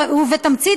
בתמצית,